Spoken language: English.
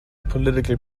political